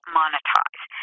monetize